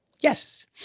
Yes